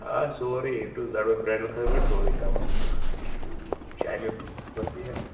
آ سورٕے A to Z بَنہِ برٛایڈٕل خٲطرٕ بَنہِ سورٕے تمام یہِ چھِ خٲطرٕ یہِ